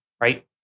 right